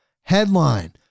headline